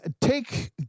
take